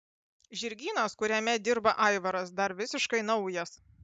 žirgynas kuriame dirba aivaras dar visiškai naujas